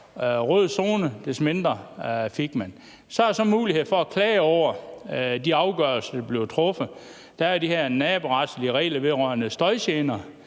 rød zone, des mindre fik man. Så er der så mulighed for at klage over de afgørelser, der bliver truffet. Der er de her naboretlige regler vedrørende støjgener,